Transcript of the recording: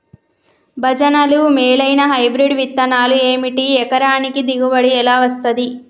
భజనలు మేలైనా హైబ్రిడ్ విత్తనాలు ఏమిటి? ఎకరానికి దిగుబడి ఎలా వస్తది?